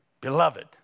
beloved